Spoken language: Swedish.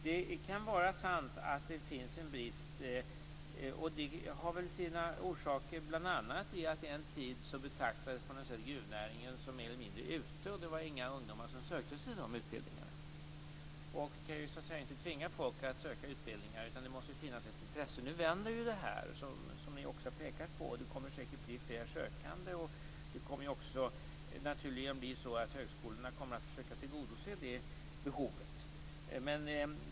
Det kan vara sant att det finns en brist, och det har väl sina orsaker bl.a. i att gruvnäringen en tid betraktades som mer eller mindre ute, och det var inga ungdomar som sökte sig till dessa utbildningar. Man kan inte tvinga folk att söka utbildningar, utan det måste finnas ett intresse. Nu vänder det här, som ni också har pekat på. Det kommer säkert att bli fler sökande, och det kommer också naturligen att bli så att högskolorna kommer att försöka tillgodose behovet.